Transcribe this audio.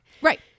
Right